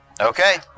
Okay